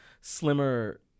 slimmer